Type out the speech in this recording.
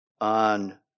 on